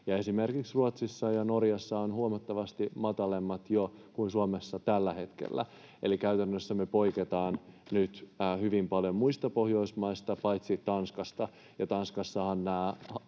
Esimerkiksi Ruotsissa ja Norjassa on jo huomattavasti matalammat kuin Suomessa tällä hetkellä, eli käytännössä me poiketaan nyt hyvin paljon muista Pohjoismaista paitsi Tanskasta.